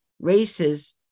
races